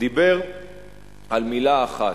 דיבר על מלה אחת: